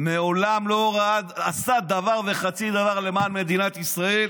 מעולם לא עשה דבר וחצי דבר למען מדינת ישראל.